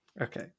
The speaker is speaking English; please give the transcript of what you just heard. Okay